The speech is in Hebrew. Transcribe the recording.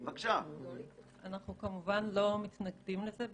אנחנו כמובן לא מתנגדים לזה.